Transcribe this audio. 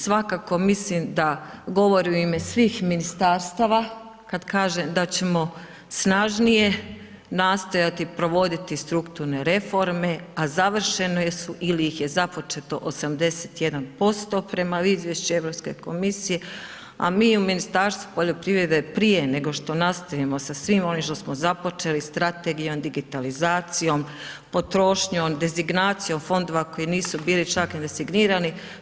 Svakako mislim da govorim u ime svih ministarstava kad kažem da ćemo snažnije nastojati provoditi strukturne reforme, a završene su ili ih je započeto 81% prema izvješću EU komisije, a mi u Ministarstvu poljoprivrede prije nego što nastavimo sa svim onim što smo započeli, strategijom, digitalizacijom, potrošnjom, designacijom fondova koji nisu bili čak ni designirani.